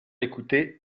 écouter